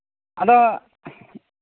ᱟᱫᱚ